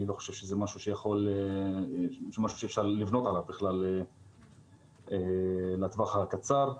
אני חושב שזה לא דבר שאפשר לבנות עליו לטווח הקצר.